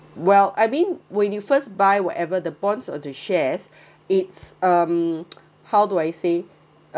well I mean when you first buy whatever the bonds or the shares its um how do I say